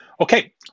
Okay